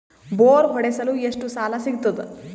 Bore ಹೊಡೆಸಲು ಎಷ್ಟು ಸಾಲ ಸಿಗತದ?